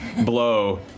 blow